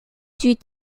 huit